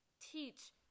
teach